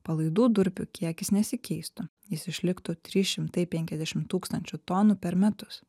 palaidų durpių kiekis nesikeistų jis išliktų trys šimtai penkiasdešimt tūkstančių tonų per metus